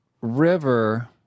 river